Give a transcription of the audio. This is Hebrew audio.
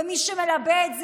ומי שמלבה את זה,